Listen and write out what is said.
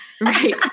Right